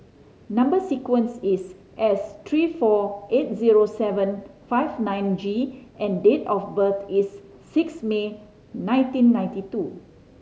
number sequence is S three four eight zero seven five nine G and date of birth is six May nineteen ninety two